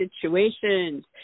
situations